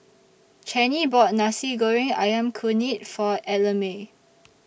Channie bought Nasi Goreng Ayam Kunyit For Ellamae